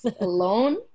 alone